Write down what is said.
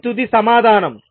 అది తుది సమాధానం